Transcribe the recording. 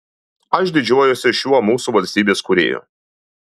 aš didžiuojuosi šiuo mūsų valstybės kūrėju